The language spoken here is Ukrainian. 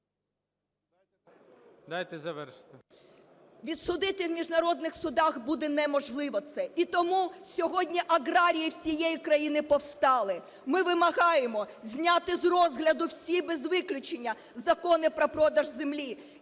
…відсудити в міжнародних судах буде неможливо це. І тому сьогодні аграрії всієї країни повстали. Ми вимагаємо зняти з розгляду всі без виключення закони про продаж землі